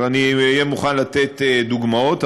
ואני אהיה מוכן לתת דוגמאות,